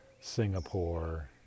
Singapore